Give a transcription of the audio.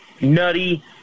nutty